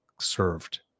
served